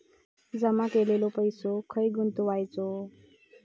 जमा केलेलो पैसो खय गुंतवायचो?